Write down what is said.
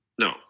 No